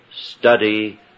study